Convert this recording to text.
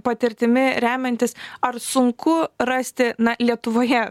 patirtimi remiantis ar sunku rasti na lietuvoje